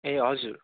ए हजुर